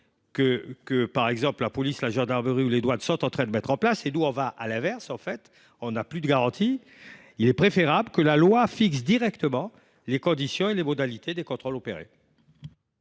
que, par exemple, la police, la gendarmerie ou les douanes sont en train de mettre en place – à l’inverse de nous –, il est préférable que la loi fixe directement les conditions et les modalités des contrôles opérés.